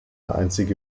einzige